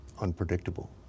unpredictable